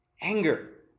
anger